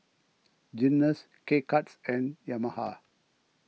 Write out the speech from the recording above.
Guinness K Cuts and Yamaha